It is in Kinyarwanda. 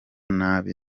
nabi